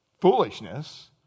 foolishness